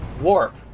Warp